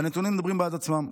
והנתונים מדברים בעד עצמם.